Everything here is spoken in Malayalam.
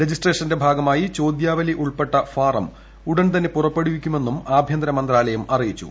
രജിസ്ട്രേഷന്റെ ഭാഗമായി ചോദ്യാവലി ഉൾപ്പെട്ട ഫാറം ഉടൻതന്നെ പുറപ്പെടുവിക്കുമെന്നും ആഭ്യന്തര മന്ത്രാലയം അറിയിച്ചു